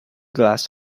glass